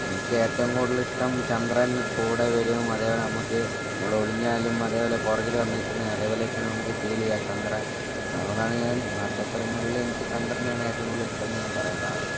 എനിക്ക് ഏറ്റവും കൂടുതൽ ഇഷ്ടം ചന്ദ്രൻ കൂടെ വരുകയും അതേപോലെ നമുക്ക് മുകളിൽ ഒളിഞ്ഞാലും അതേപോലെ പുറകിൽ വന്നു നിൽക്കുന്ന അതേപോലെ ഒക്കെയാണ് നമ്മൾക്ക് ഫീൽ ചെയ്യുക ചന്ദ്രൻ അതുകൊണ്ടാണ് ഞാൻ നക്ഷത്രങ്ങളിൽ എനിക്ക് ചന്ദ്രനെയാണ് ഏറ്റവും കൂടുതൽ ഇഷ്ടം എന്നു ഞാൻ പറയാൻ കാരണം